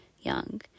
young